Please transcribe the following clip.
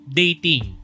dating